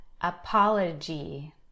apology